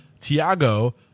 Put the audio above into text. Tiago